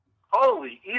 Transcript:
Holy